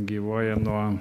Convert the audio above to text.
gyvuoja nuo